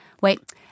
Wait